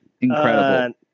incredible